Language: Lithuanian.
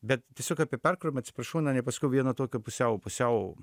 bet tiesiog apie perkrovą atsiprašau na nepasakiau vieno tokio pusiau pusiau